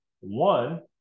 one